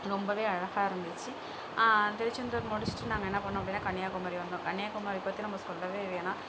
ரொம்ப அழகாக இருந்துச்சு திருச்செந்தூர் முடித்துட்டு நாங்கள் என்ன பண்ணிணோம் அப்படினா கன்னியாகுமரி வந்தோம் கன்னியாகுமரி பற்றி நம்ம சொல்லவே வேணாம்